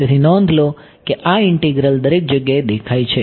તેથી નોંધ લો કે આ ઇન્ટિગ્રલ દરેક જગ્યાએ દેખાય છે